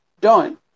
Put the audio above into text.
done